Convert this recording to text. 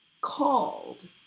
called